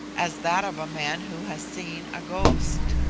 as that of a man who has seen a ghost.